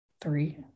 three